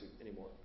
anymore